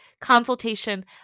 consultation